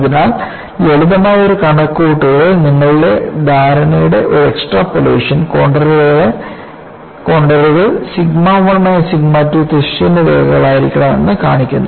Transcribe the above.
അതിനാൽ ലളിതമായ ഒരു കണക്കുകൂട്ടൽ നിങ്ങളുടെ ധാരണയുടെ ഒരു എക്സ്ട്രാപോളേഷൻ കോൺണ്ടറുകൾ സിഗ്മ 1 മൈനസ് സിഗ്മ 2 തിരശ്ചീന രേഖകളായിരിക്കണമെന്ന് കാണിക്കുന്നു